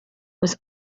was